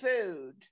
food